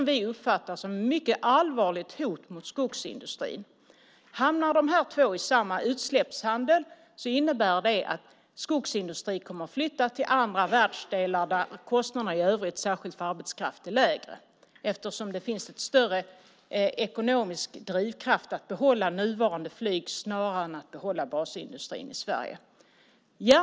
Vi uppfattar detta som ett mycket allvarigt hot mot skogsindustrin. Hamnar de här två i samma utsläppshandel innebär det att skogsindustrin kommer att flytta till andra världsdelar där kostnaderna i övrigt, särskilt för arbetskraft, är lägre, eftersom det finns en större ekonomisk drivkraft att behålla nuvarande flyg än att behålla basindustrin i Sverige.